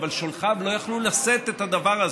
אבל שולחיו לא יכלו לשאת את הדבר הזה.